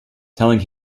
telling